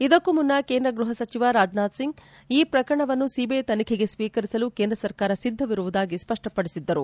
ಇದಕ್ಕೂ ಮುನ್ನ ಕೇಂದ್ರ ಗೃಹ ಸಚಿವ ರಾಜನಾಥ್ ಸಿಂಗ್ ಈ ಪ್ರಕರಣವನ್ನು ಸಿಬಿಐ ತನಿಖೆಗೆ ಸ್ವೀಕರಿಸಲು ಕೇಂದ್ರ ಸರ್ಕಾರ ಸಿದ್ದವಿರುವುದಾಗಿ ಸ್ವಷ್ಟ ಪಡಿಸಿದ್ದರು